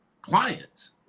clients